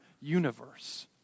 universe